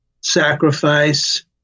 sacrifice